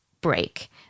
break